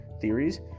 theories